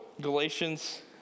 Galatians